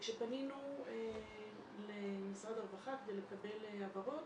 כשפנינו למשרד הרווחה כדי לקבל הבהרות,